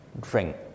drink